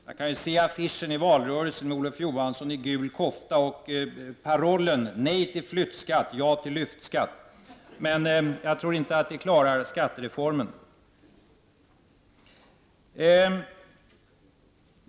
Jag kan affischen i valrörelsen med Olof Johansson i gul kofta och parollen: Nej till flyttskatt, ja till lyftskatt! Men jag tror inte att det klarar skattereformen.